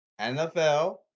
NFL